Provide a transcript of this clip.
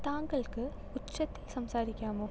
താങ്കൾക്ക് ഉച്ചത്തിൽ സംസാരിക്കാമോ